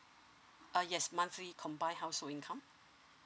uh yes monthly combine household income